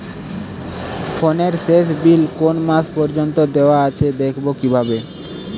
ফোনের শেষ বিল কোন মাস পর্যন্ত দেওয়া আছে দেখবো কিভাবে?